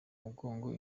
mugongo